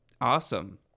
awesome